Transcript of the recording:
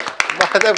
אבל שזה ייגמר.